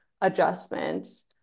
adjustments